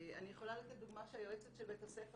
אני יכולה לתת דוגמא שהיועצת של בית הספר